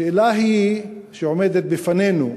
השאלה שעומדת בפנינו: